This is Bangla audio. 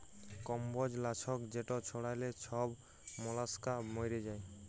কম্বজ লাছক যেট ছড়াইলে ছব মলাস্কা মইরে যায়